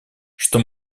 что